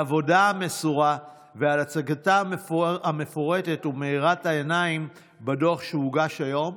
העבודה המסורה ועל הצגתה המפורטת ומאירת העיניים בדוח שהוגש היום,